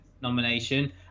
nomination